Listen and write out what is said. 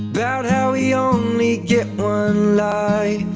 about how we only get one